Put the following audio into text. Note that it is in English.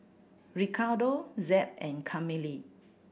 Ricardo Jep and Camille